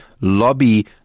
lobby